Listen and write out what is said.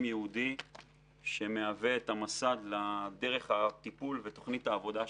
ייעודי שמהווה את המסד לדרך הטיפול בתוכנית העבודה שלנו.